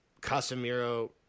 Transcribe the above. Casemiro